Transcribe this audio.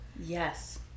yes